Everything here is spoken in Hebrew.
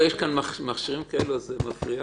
זה הנוסח.